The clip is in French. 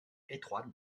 étroite